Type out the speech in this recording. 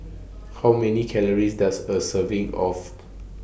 How Many Calories Does A Serving of